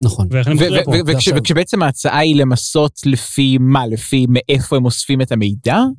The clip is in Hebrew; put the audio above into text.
נכון, וכשבעצם ההצעה היא למסות לפי מה, לפי מאיפה הם אוספים את המידע.